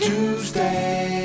Tuesday